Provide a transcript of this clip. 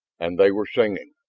and they were singing!